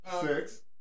six